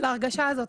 להרגשה הזאת.